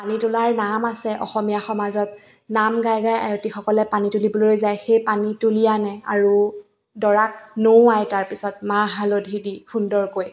পানী তোলাৰ নাম আছে অসমীয়া সমাজত নাম গাই গাই আয়তীসকলে পানী তুলিবলৈ যায় সেই পানী তুলি আনে আৰু দৰাক নুওৱায় তাৰপাছত মাহ হালধি দি সুন্দৰকৈ